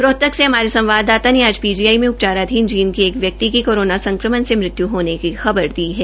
रोहतक से हमारे संवाददाता ने आज पीजीआई उपचाराधीन जींद के एक व्यक्ति की कोरोना संक्रमण से मृत्यू होने की खबर है